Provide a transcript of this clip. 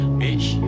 bitch